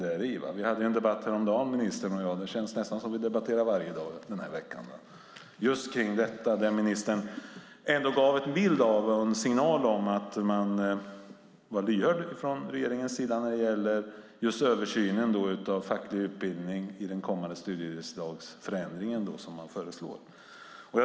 Ministern och jag hade en debatt häromdagen - det känns nästan som att vi debatterar varje dag denna vecka - just om detta där ministern ändå gav en bild av och en signal om att man från regeringens sida är lyhörd när det gäller just översynen av facklig utbildning i den kommande förändring av studiemedelslagen som man föreslår.